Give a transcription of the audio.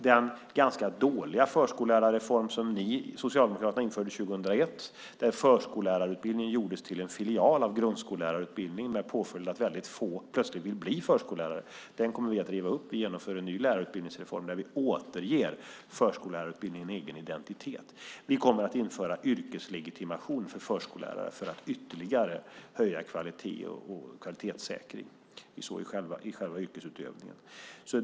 Den ganska dåliga förskollärarreform som Socialdemokraterna införde 2001, där förskollärarutbildningen gjordes till en filial av grundskollärarutbildningen med påföljd att väldigt få plötsligt ville bli förskollärare, kommer vi att riva upp. Vi genomför en ny lärarutbildningsreform där vi återger förskollärarutbildningen en egen identitet. Vi kommer att införa yrkeslegitimation för förskollärare för att ytterligare höja kvalitet och kvalitetssäkring i själva yrkesutövningen.